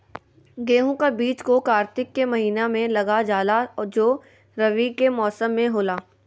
गेहूं का बीज को कार्तिक के महीना में लगा जाला जो रवि के मौसम में होला